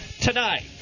Tonight